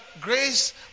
Grace